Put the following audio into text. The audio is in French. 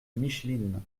micheline